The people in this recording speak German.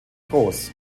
groß